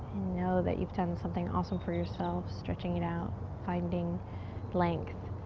know that you've done something awesome for yourself, stretching it out. finding length,